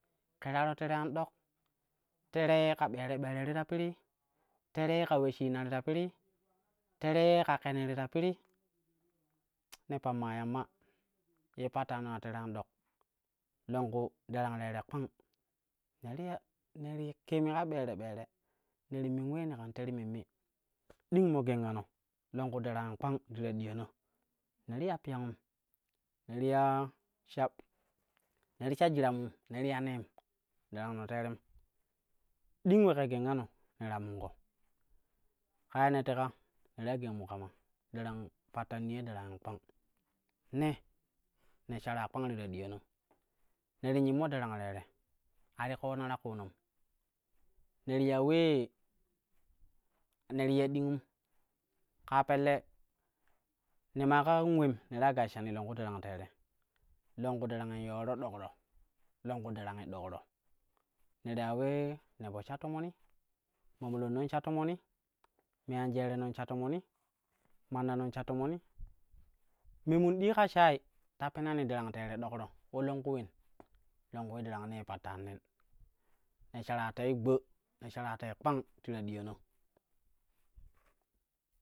Keraro tere an ɗok, tere ye ka ɓere ti ta pirii, tere ye ka weshina ti ta piri, tere ye ka kie ti ta piri, ne pamma yamma ye pattano ti ta tere am ɗok. Longku darang teere kpang. Ne ti ya ne ti kemi ka ɓere ɓere ne ti min ulee ne kan te ti memme ding mo gengano longlu darangi kpang ti ta diyana ne ti ya piyangum, ne ti ya sha ne ti sha jiramun ne ya nee darangno teeren ding ule ke gengano ne ta minko ka ye ne teka, ne ta gengmu kama, darang pattan niyoi darangi kpang. Ne ne shara kpang ti ta diyana, ne ti nyimme darang teere ati ƙoona ta kuunom ne ti ya ulee ne ti ya dingum kaa pelle ne maa kam uleem ne ta gashshami longku darang teere, longku darangin yooro ɗokro, longku darangi ɗokro ne ti ya ulee ne po sha tomoni ma molonnan sha tomoni me an jerenon sha tomoni, mannanon sha tomoni. Me mun ti ɗii ƙa shayi ta penani darang teere doƙro, ulo longku ulen longku ye darangnee pattannen ne shara tei gba, ne shara tei kpang ti ta diyana.